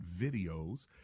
videos